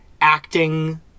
acting